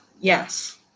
yes